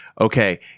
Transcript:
okay